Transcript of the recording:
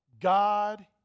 God